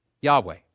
Yahweh